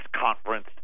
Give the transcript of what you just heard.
conference